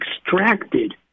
extracted